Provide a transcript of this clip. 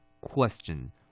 Question